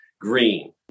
green